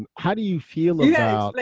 ah how do you feel yeah like